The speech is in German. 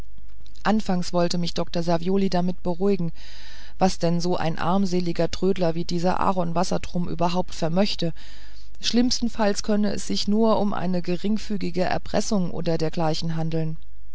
anfangs wollte mich dr savioli damit beruhigen was denn so ein armseliger trödler wie dieser aaron wassertrum überhaupt vermöchte schlimmsten falles könnte es sich nur um eine geringfügige erpressung oder dergleichen handeln